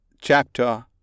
Chapter